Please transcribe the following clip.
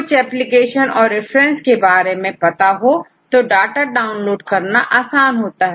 कुछ एप्लीकेशन और रिफरेंस के बारे में पता हो तो डाटा डाउनलोड करना आसान होता है